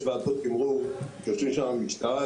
יש ועדות תמרור שיושבים שם המשטרה,